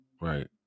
right